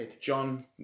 John